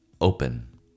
open